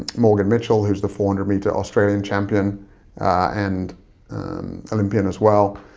morgan mitchell, who's the four hundred meter australian champion and olympian, as well.